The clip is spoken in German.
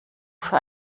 für